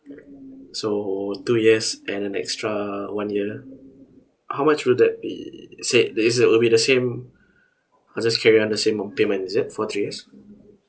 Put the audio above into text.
so two years then an extra one year how much will that be say there is going to be the same I'll just carry on the same payment is it for three years